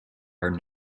are